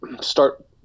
start